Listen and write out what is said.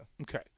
okay